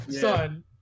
Son